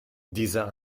dieser